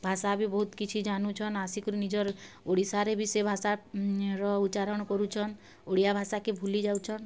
ଭାଷା ବି ବହୁତ୍ କିଛି ଜାନୁଛନ୍ ଆସିକରି ନିଜର୍ ଓଡ଼ିଶାରେ ବି ସେ ଭାଷା ର ଉଚ୍ଚାରଣ୍ କରୁଛନ୍ ଓଡ଼ିଆ ଭାଷାକେ ଭୁଲି ଯାଉଛନ୍